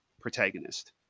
protagonist